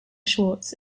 schwartz